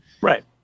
right